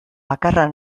bakarra